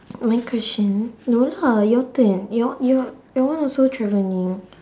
my question no lah your turn your your your one also travel anywhere